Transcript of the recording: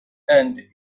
and